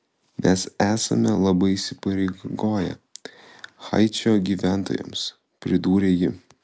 mes esame labai įsipareigoję haičio gyventojams pridūrė ji